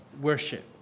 worship